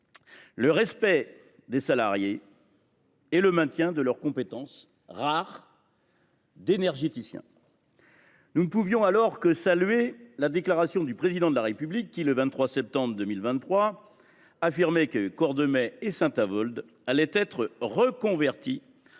le respect des salariés et le maintien de leurs compétences rares d’énergéticiens. À ces conditions, nous ne pouvions que saluer la déclaration du Président de la République qui, le 23 septembre 2023, affirmait que Cordemais et Saint Avold allaient être reconverties